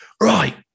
Right